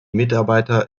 mitarbeiter